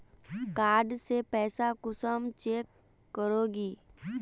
Card से पैसा कुंसम चेक करोगी?